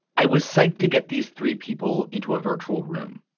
i was psyched to get these three people into a virtual room.